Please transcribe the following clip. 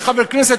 כחבר הכנסת,